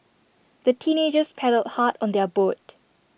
the teenagers paddled hard on their boat